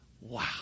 Wow